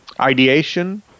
ideation